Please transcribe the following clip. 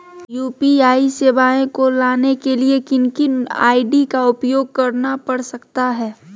UPI सेवाएं को लाने के लिए किन किन आई.डी का उपयोग करना पड़ सकता है?